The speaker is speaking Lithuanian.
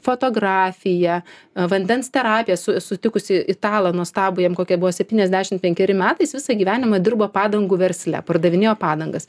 fotografija vandens terapija esu sutikusi italą nuostabų jam kokie buvo septyniasdešimt penkeri metai jis visą gyvenimą dirbo padangų versle pardavinėjo padangas